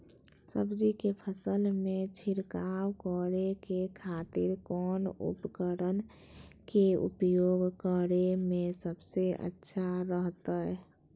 सब्जी के फसल में छिड़काव करे के खातिर कौन उपकरण के उपयोग करें में सबसे अच्छा रहतय?